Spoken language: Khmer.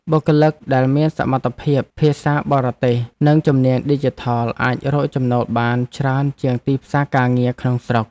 បុគ្គលិកដែលមានសមត្ថភាពភាសាបរទេស និងជំនាញឌីជីថលអាចរកចំណូលបានច្រើនជាងទីផ្សារការងារក្នុងស្រុក។